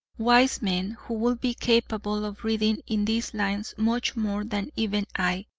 wise men, who will be capable of reading in these lines much more than even i,